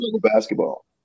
basketball